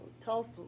Tulsa